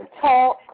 talk